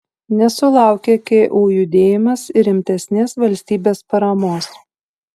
nesulaukė ku judėjimas ir rimtesnės valstybės paramos